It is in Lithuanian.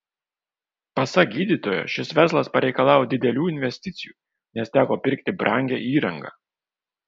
pasak gydytojo šis verslas pareikalavo didelių investicijų nes teko pirkti brangią įrangą